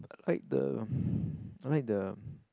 like the I like the